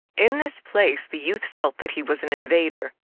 in this place the youth felt that he was an invader.